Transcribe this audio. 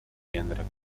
jędrek